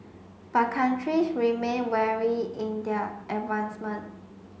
but countries remain varied in their advancement